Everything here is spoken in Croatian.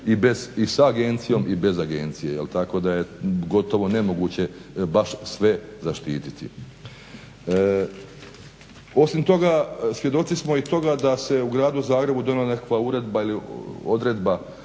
i sa agencijom i bez agencije jel tako da je gotovo nemoguće baš sve zaštiti. Osim toga svjedoci smo i toga da se u gradu Zagrebu donijela nekakva uredba ili odredba